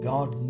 God